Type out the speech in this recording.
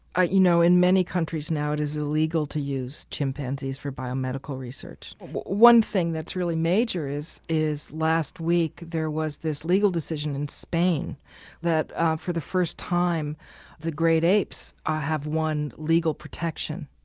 ah you know in many countries now it is illegal to use chimpanzees for biomedical research. one thing that's really major is is last week there was this legal decision in spain that for the first time the great apes ah have won legal protection.